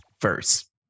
first